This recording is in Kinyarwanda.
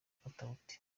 katauti